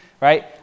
right